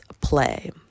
Play